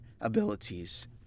abilities